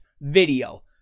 video